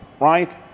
right